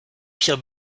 pires